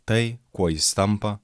tai kuo jis tampa